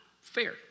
fair